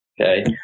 Okay